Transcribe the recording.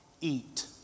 eat